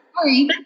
Sorry